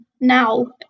now